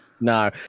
No